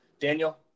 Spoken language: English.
Daniel